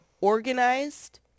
organized